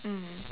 mm